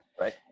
Right